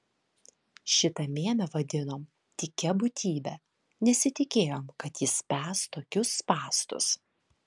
šitą mėmę vadinom tykia būtybe nesitikėjom kad jis spęs tokius spąstus